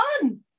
fun